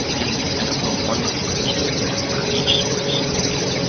hence at about one kilogram per each square centimeter?